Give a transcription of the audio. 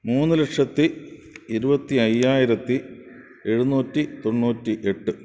മൂന്ന് ലക്ഷത്തി ഇരുപത്തി അയ്യായിരത്തി എഴുന്നൂറ്റി തൊണ്ണൂറ്റി എട്ട്